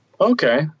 Okay